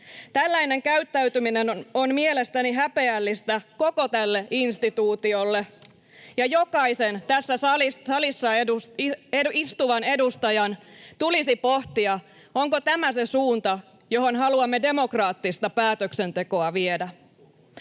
Tällainen käyttäytyminen on mielestäni häpeällistä koko tälle instituutiolle, ja jokaisen tässä salissa istuvan edustajan tulisi pohtia, onko tämä se suunta, johon haluamme demokraattista päätöksentekoa viedä.